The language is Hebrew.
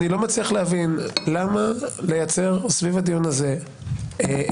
אני לא מצליח להבין למה לייצר סביב הדיון הזה מריבות,